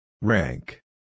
Rank